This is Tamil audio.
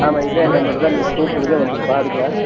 ஆமாம் இதே நம்பருக்குதான் நீங்கள் கூப்பிடுங்க வந்து பாருங்க